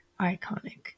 iconic